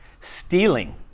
stealing